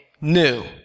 new